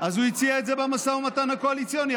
אז הוא הציע את זה במשא ומתן הקואליציוני,